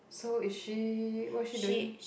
so is she what is she doing